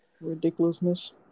ridiculousness